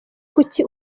kuki